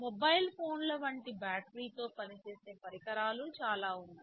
mobile ఫోన్ల వంటి బ్యాటరీతో పనిచేసే పరికరాలు చాలా ఉన్నాయి